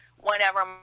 Whenever